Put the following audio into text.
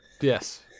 yes